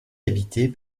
habitée